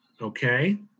Okay